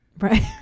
Right